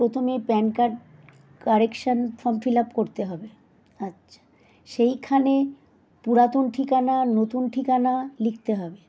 প্রথমে PAN card correction form fill up করতে হবে আচ্ছা সেইখানেই পুরাতন ঠিকানা নতুন ঠিকানা লিখতে হবে